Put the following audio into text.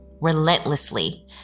relentlessly